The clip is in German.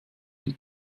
die